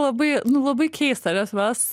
labai nu labai keista nes mes